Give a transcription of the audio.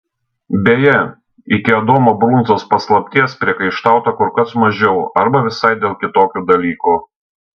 beje iki adomo brunzos paslapties priekaištauta kur kas mažiau arba visai dėl kitokių dalykų